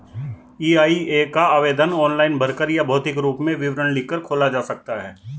EIA का आवेदन online भरकर या भौतिक रूप में विवरण लिखकर खोला जा सकता है